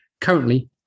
Currently